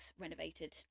renovated